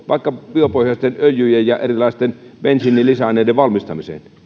vaikka biopohjaisten öljyjen ja erilaisten bensiinin lisäaineiden valmistamiseen